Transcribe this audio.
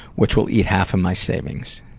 which will eat half of my savings.